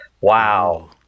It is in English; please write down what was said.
Wow